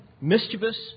mischievous